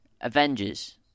Avengers